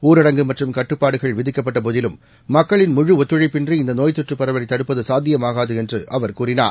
ஊரடங்கு மற்றும் கட்டுப்பாடுகள் விதிக்கப்பட்ட போதிலும் மக்களின் முழு ஒத்துழைப்பின்றி இந்த நோய் தொற்று பரவலை தடுப்பது சாத்தியமாகாது என்றும் அவர் கூறினார்